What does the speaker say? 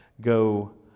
go